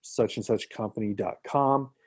suchandsuchcompany.com